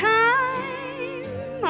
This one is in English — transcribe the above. time